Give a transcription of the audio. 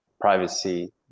privacy